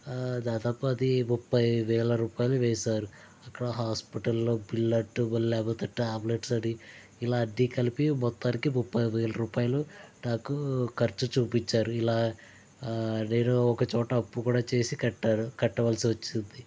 దాదాపు అది ముప్పై వేల రూపాయలు వేశారు అక్కడ హాస్పటల్లో బిల్ అంటు లేకపోతే టాబ్లెట్స్ అని ఇలా అన్నీ కలిపి మొత్తానికి ముప్పై వేల రూపాయిలు నాకు ఖర్చు చూపించారు ఇలా నేను ఒక చోట అప్పు కూడా చేసి కట్టాను కట్టవలసి వచ్చింది